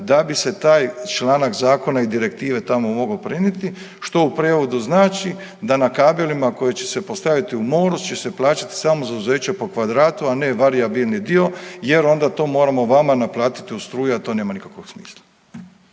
da bi se taj članak zakona i direktive tamo mogao prenijeti, što u prijevodu znači da na kabelima koji će se postaviti u moru će se plaćati samo zauzeće po kvadratu, a ne varijabilni dio jer onda to moramo vama naplatiti u struji, a to nema nikakvog smisla.